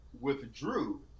withdrew